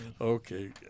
Okay